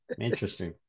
Interesting